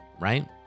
right